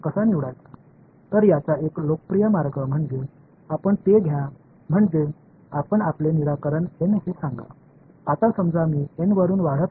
இப்போது நான் N இலிருந்து அதிகரிக்கிறேன் என்று சொல்லலாம் நான் ஒரு பெரிய எண்ணிக்கையிலான M க்குச் செல்கிறேன் அங்கு M N ஐ விட பெரியது